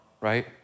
right